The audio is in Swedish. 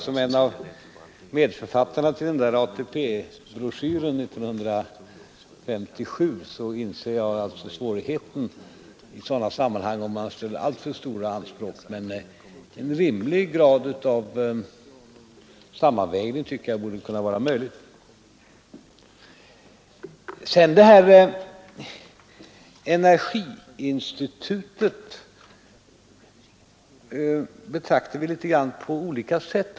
Som en av medförfattarna till ATP-broschyren 1957 är det klart att jag inser svårigheten i sådana sammanhang, om man ställer alltför stora anspråk, men en rimlig grad av sammanvägning tycker jag borde kunna vara möjlig. Energiinstitutet betraktar vi uppenbarligen på litet olika sätt.